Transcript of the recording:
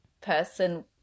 person